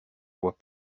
voit